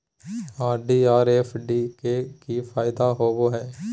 RD और FD के की फायदा होबो हइ?